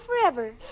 forever